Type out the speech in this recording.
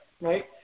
right